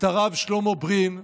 את הרב שלמה ברין,